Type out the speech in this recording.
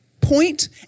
point